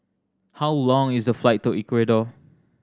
how long is the flight to Ecuador